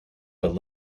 but